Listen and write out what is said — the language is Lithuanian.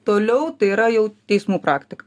toliau tai yra jau teismų praktika